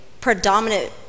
predominant